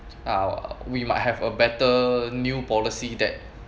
uh we might have a better new policy that